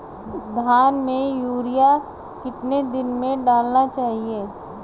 धान में यूरिया कितने दिन में डालना चाहिए?